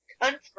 country